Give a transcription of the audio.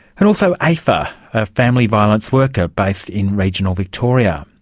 and also ayfer, a family violence worker based in regional victoria.